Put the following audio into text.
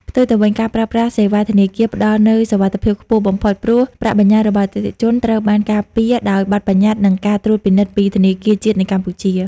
ផ្ទុយទៅវិញ ការប្រើប្រាស់សេវាធនាគារផ្ដល់នូវសុវត្ថិភាពខ្ពស់បំផុត ព្រោះប្រាក់បញ្ញើរបស់អតិថិជនត្រូវបានការពារដោយបទប្បញ្ញត្តិ និងការត្រួតពិនិត្យពីធនាគារជាតិនៃកម្ពុជា។